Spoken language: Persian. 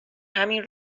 همین